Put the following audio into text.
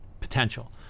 potential